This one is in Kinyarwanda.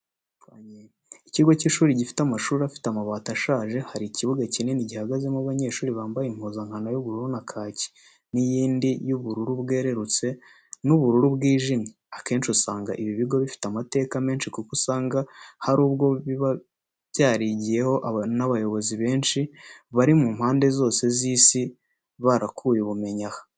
Ikigo cy'ishuri gifite amashuri afite amabati ashaje, hari ikibuga kinini gihagazemo abanyeshuri bambaye impuzankano y'umweru na kaki n'indi y, y'ubururu bwererutse n'ubururu bwijimye. Akenshi usanga ibi bigo bifite amateka menshi kuko usanga hari ubwo biba byarigiyeho n'abayobozi benshi bari mu mpande zose z'isi barakuye ubumenyi aha.